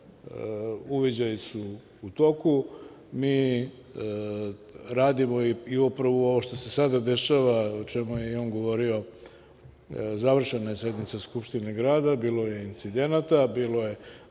Uviđaji su u toku. Mi radimo i upravo ovo što se sada dešava, o čemu je i on govorio, završena je sednica Skupštine grada, bilo je incidenata, bilo je